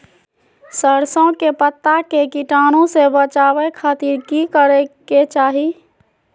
सरसों के पत्ता के कीटाणु से बचावे खातिर की करे के चाही?